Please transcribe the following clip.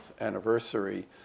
anniversary